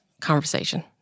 conversation